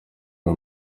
bwo